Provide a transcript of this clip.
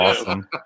awesome